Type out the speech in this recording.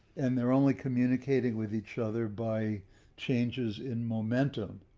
and they're only communicating with each other by changes in momentum.